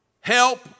Help